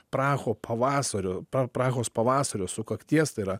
praho pavasario prahos pavasario sukakties tai yra